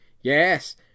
yes